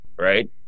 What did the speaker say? right